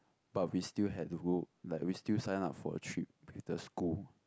but we still had to go like we still sign up for a trip with the school